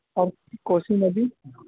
اور کوسی ندی